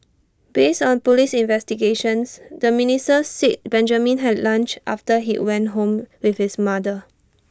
based on Police investigations the minister said Benjamin had lunch after he went home with his mother